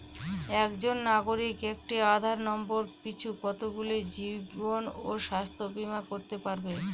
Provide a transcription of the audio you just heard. একজন নাগরিক একটি আধার নম্বর পিছু কতগুলি জীবন ও স্বাস্থ্য বীমা করতে পারে?